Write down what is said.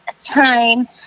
time